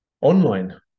online